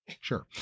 sure